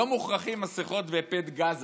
לא מוכרחים מסכות ופד גזה